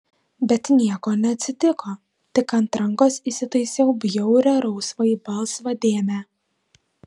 bet nieko neatsitiko tik ant rankos įsitaisiau bjaurią rausvai balsvą dėmę